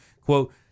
quote